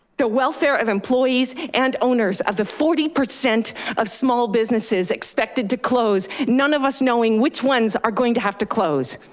the welfare of employees and owners of the forty percent of small businesses expected to close, none of us knowing which ones are going to have to close.